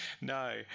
no